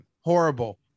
Horrible